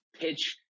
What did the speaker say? pitch